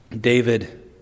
David